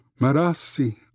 Marassi